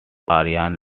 aryan